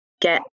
get